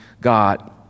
God